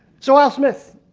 so al smith,